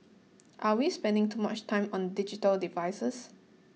are we spending too much time on digital devices